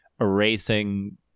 erasing